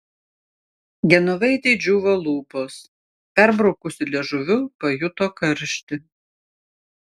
genovaitei džiūvo lūpos perbraukusi liežuviu pajuto karštį